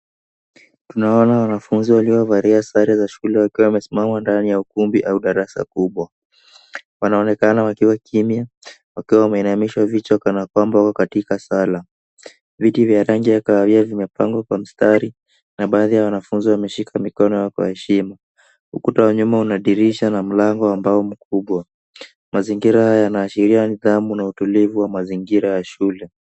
Tunaona wanafunzi waliovalia sare za shule wakiwa wamesimama ndani ya ukumbi au darasa kubwa. Wanaonekana wakiwa kimya, wakiwa wameinamisha vichwa kana kwamba wako katika sala. Viti vya rangi ya kahawia vimepangwa kwa mstari na baadhi ya wanafunzi wameshika mikono yao kwa heshima. Ukuta wa nyuma una dirisha na mlango wa mbao mkubwa. Mazingira yanaashiria nidhamu na utulivu wa mazingira ya shule.